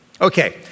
Okay